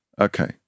Okay